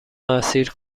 اسیر